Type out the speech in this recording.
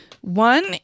One